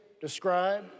describe